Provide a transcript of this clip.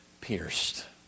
pierced